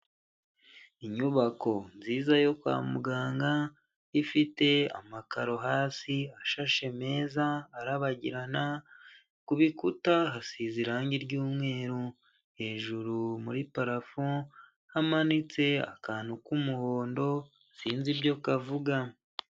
Inyubako nziza yo kwa muganga, ifite amakaro hasi ashashe meza arabagirana, ku bikuta hasize irangi ry'umweru. Hejuru muri parafo, hamanitse akantu k'umuhondo, sinzi ibyo kavuga.